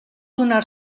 donar